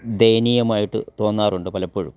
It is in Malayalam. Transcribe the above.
ദയനീയമായിട്ട് തോന്നാറുണ്ട് പലപ്പോഴും